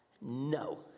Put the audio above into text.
No